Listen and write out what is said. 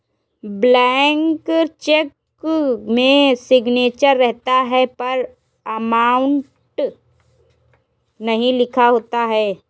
blank cheque में signature रहता है पर अमाउंट नहीं लिखा होता है